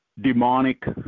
demonic